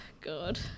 God